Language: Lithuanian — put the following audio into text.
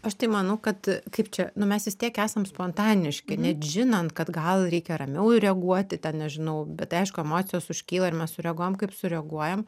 aš tai manau kad kaip čia nu mes vis tiek esam spontaniški net žinant kad gal reikia ramiau reaguoti ten nežinau bet tai aišku emocijos užkyla ir mes sureaguojam kaip sureaguojame